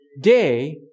Day